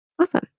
awesome